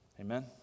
amen